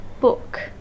book